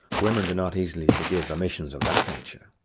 women do not easily forgive omissions of that nature.